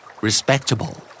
Respectable